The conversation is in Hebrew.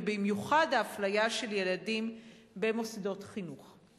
ובמיוחד האפליה של ילדים במוסדות חינוך.